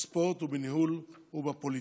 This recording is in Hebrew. בספורט, בניהול ובפוליטיקה.